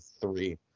three